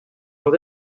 ont